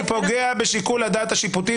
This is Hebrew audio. אני פוגע בשיקול הדעת השיפוטי,